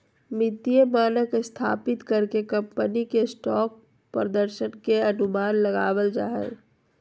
वित्तीय मानक स्थापित कर के कम्पनी के स्टॉक प्रदर्शन के अनुमान लगाबल जा हय